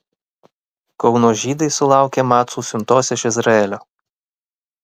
kauno žydai sulaukė macų siuntos iš izraelio